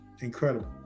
incredible